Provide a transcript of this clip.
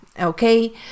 Okay